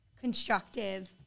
constructive